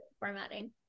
formatting